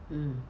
mm